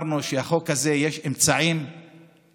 ואמרנו על החוק הזה שיש אמצעים אזרחיים,